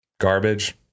garbage